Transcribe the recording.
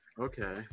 Okay